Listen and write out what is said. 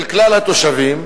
של כלל התושבים,